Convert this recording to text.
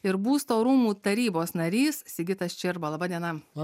ir būsto rūmų tarybos narys sigitas čirba laba diena